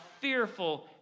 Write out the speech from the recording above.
fearful